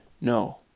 no